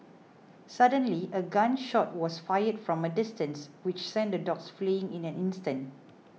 suddenly a gun shot was fired from a distance which sent the dogs fleeing in an instant